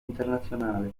internazionale